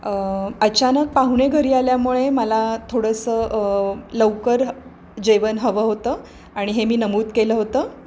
अचानक पाहुणे घरी आल्यामुळे मला थोडंसं लवकर जेवण हवं होतं आणि हे मी नमूद केलं होतं